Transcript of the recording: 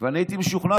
ואני הייתי משוכנע,